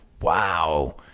wow